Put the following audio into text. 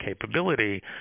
capability